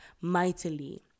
mightily